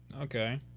Okay